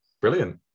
Brilliant